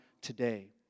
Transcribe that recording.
today